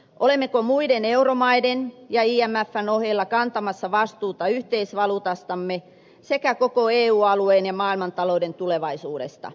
olemmeko muiden euromaiden ja imfn ohella kantamassa vastuuta yhteisvaluutastamme sekä koko eu alueen ja maailmantalouden tulevaisuudesta